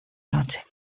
noche